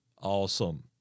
awesome